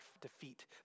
defeat